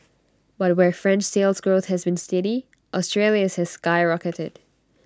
but where French Sales Growth has been steady Australia's has skyrocketed